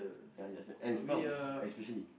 ya judgement and Stomp especially